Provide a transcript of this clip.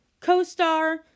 CoStar